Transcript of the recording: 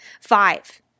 Five